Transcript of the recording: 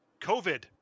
COVID